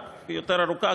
רק יותר ארוכה,